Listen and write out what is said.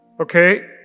okay